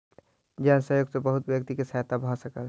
जन सहयोग सॅ बहुत व्यक्ति के सहायता भ सकल